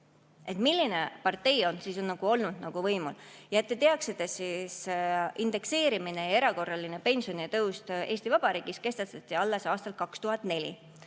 milline partei on siis olnud võimul. Et te teaksite, siis indekseerimine ja erakorraline pensionitõus Eesti Vabariigis kehtestati alles aastal 2004,